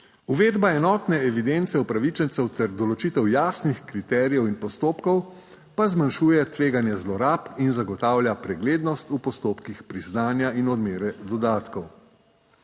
uvedba enotne evidence upravičencev ter določitev jasnih kriterijev in postopkov pa zmanjšuje tveganje zlorab in zagotavlja preglednost v postopkih priznanja in odmere dodatkov.